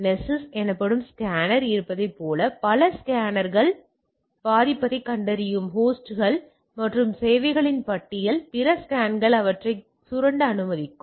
எனவே நெசஸ் எனப்படும் ஸ்கேனர் இருப்பதைப் போல பல ஸ்கேனர்கள் பாதிப்புகளைக் கண்டறியும் ஹோஸ்ட்கள் மற்றும் சேவைகளின் பட்டியல் பிற ஸ்கேனர்கள் அவற்றை சுரண்ட அனுமதிக்கும்